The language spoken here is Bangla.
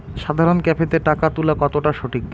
সাধারণ ক্যাফেতে টাকা তুলা কতটা সঠিক?